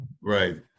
right